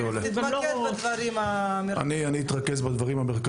תתרכז בדברים המרכזיים.